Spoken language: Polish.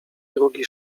drugi